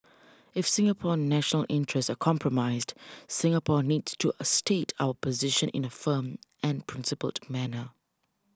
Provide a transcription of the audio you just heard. if Singapore's national interests are compromised Singapore needs to state our position in a firm and principled manner